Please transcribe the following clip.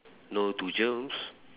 no to germs